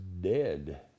dead